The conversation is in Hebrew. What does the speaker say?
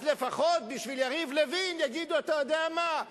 לפחות בשביל יריב לוין יגידו: אתה יודע מה,